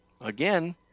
Again